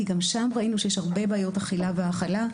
כי גם שם ראינו שיש הרבה בעיות אכילה והאכלה,